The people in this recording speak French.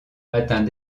atteint